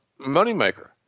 moneymaker